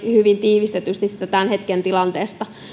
hyvin tiivistetysti siitä tämän hetken tilanteesta